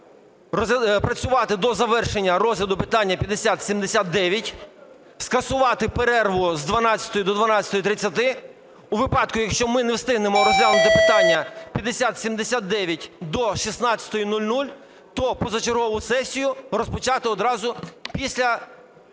працювати до завершення розгляду питання 5079, скасувати перерву з 12-ї до 12:30. У випадку, якщо ми не встигнемо розглянути питання 5079 до 16:00, то позачергову сесію розпочати одразу після